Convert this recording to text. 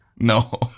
No